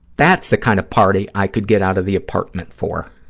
that's the kind of party i could get out of the apartment for.